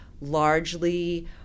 largely